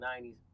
90s